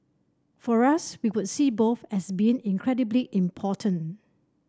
for us we would see both as being incredibly important